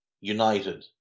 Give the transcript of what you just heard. United